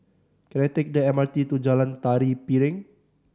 can I take the M R T to Jalan Tari Piring